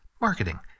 Marketing